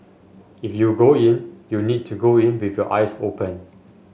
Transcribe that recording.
if you go in you need to go in with your eyes open